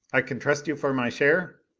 i can trust you for my share?